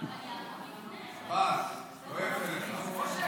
עבאס, לא יפה לך.